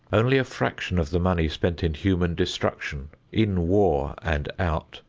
only a fraction of the money spent in human destruction, in war and out,